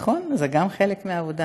נכון, זה גם חלק מהעבודה.